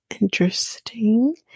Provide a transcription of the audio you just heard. interesting